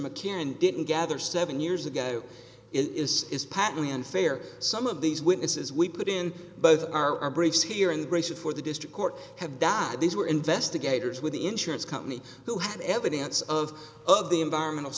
mccann didn't gather seven years ago it is is patently unfair some of these witnesses we put in both our our bridges here and braces for the district court have died these were investigators with the insurance company who had evidence of of the environment